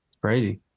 Crazy